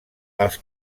els